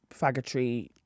faggotry